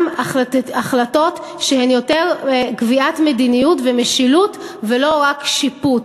החלטות שהן יותר קביעת מדיניות ומשילות ולא רק שיפוט.